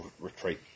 Retreat